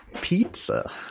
pizza